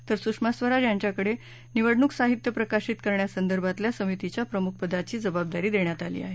तर सुषमा स्वराज यांच्याकडे निवडणूक साहित्य प्रकाशित करण्यासंदर्भतल्या समितीच्या प्रमुख पदाची जबाबदारी देण्यात आली आहे